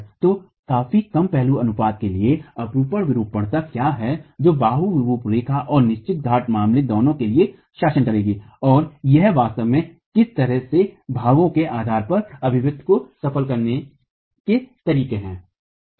तो काफी कम पहलू अनुपात के लिए अपरूपण विरूपणता क्या है जो बाहू रूपरेखा और निश्चित घाट मामलों दोनों के लिए शासन करेगी और यह वास्तव में जिस तरह से भावों के आधार पर अभिव्यक्तियों को सफल करने के तरीके है ठीक है